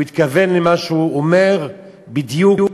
הוא התכוון למה שהוא אומר בדיוק